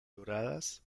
doradas